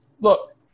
look